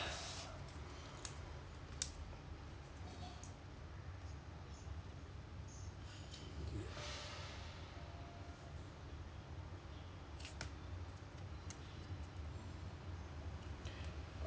oh dear